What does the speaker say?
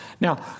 Now